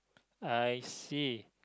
I see